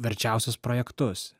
verčiausius projektus